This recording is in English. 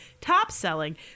top-selling